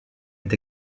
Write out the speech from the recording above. est